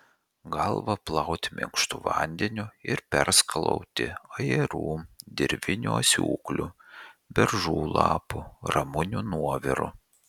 galvą plauti minkštu vandeniu ir perskalauti ajerų dirvinių asiūklių beržų lapų ramunių nuoviru